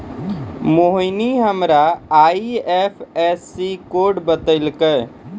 मोहिनी हमरा IFSC code बतैलकै